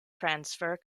transfer